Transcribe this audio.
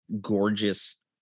gorgeous